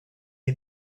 est